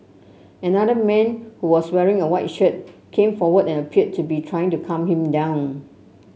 another man who was wearing a white shirt came forward and appeared to be trying to calm him down